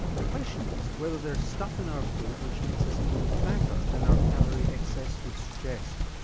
the question is whether there's stuff in our food which makes us even fatter than our calorie excess would suggest.